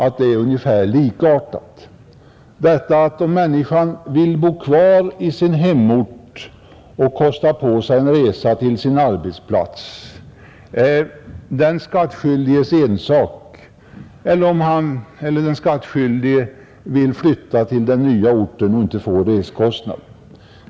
Om en människa vill bo kvar i sin hemort och kosta på sig en resa till sin arbetsplats så är det hennes ensak,. Om den skattskyldige vill flytta till den ort där han eller hon arbetar är också vederbörandes ensak.